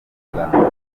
muganga